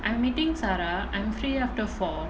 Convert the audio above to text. I'm meeting zarah I'm free after four